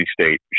State